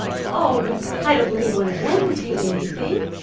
oh, but i don't believe one of them would take anything.